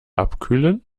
abkühlen